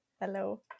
Hello